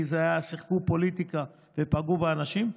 כי הם שיחקו פוליטיקה ופגעו באנשים.